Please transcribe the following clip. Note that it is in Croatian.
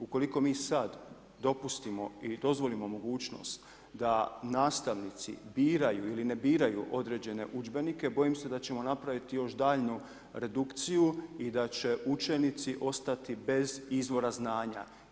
Ukoliko mi sad dopustimo i dozvolimo mogućnost da nastavnici biraju ili ne biraju određene udžbenike bojim se da ćemo napraviti još daljnju redukciju i da će učenici ostati bez izvora znanja.